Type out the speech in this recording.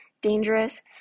dangerous